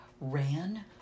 ran